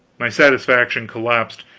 my satisfaction collapsed,